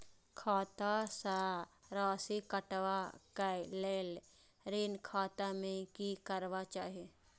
खाता स राशि कटवा कै लेल ऋण खाता में की करवा चाही?